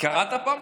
קראת פעם?